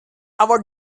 our